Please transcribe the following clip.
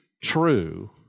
true